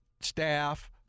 staff